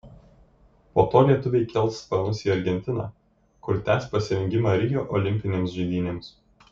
po to lietuviai kels sparnus į argentiną kur tęs pasirengimą rio olimpinėms žaidynėms